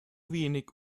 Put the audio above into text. wenig